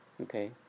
okay